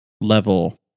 level